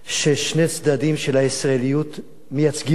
ששני צדדים של הישראליות מייצגים אותה,